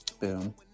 Boom